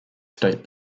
state